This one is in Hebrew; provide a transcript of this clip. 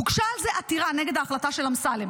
הוגשה על זה עתירה נגד ההחלטה של אמסלם.